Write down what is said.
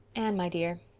anne, my dear,